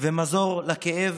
ומזור לכאב